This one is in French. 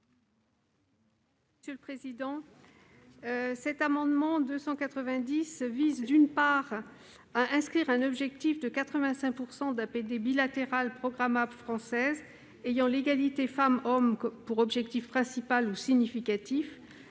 Mme Claudine Lepage. Cet amendement vise, d'une part, à prévoir un objectif de 85 % d'APD bilatérale programmable française ayant l'égalité femmes-hommes pour objectif principal ou significatif